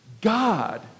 God